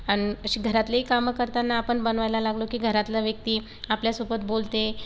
आणि अशी घरातलेही कामं करताना आपण बनवायला लागलो की घरातला व्यक्ती आपल्यासोबत बोलते